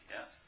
Yes